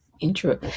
intro